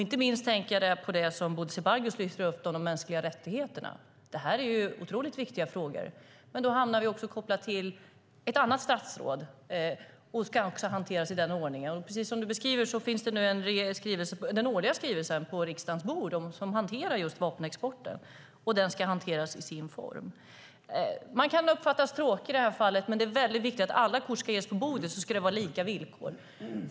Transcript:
Inte minst tänker jag på det som Bodil Ceballos lyfter fram om de mänskliga rättigheterna. Det här är otroligt viktiga frågor, men de har koppling till ett annat statsråd och ska också hanteras i den ordningen. Och precis som du beskriver finns den årliga skrivelsen på riksdagens bord som hanterar just vapenexporten, och den ska hanteras i sin form. Man kan uppfattas som tråkig i det här fallet, men det är väldigt viktigt att om alla kort ska läggas på bordet ska det vara på lika villkor.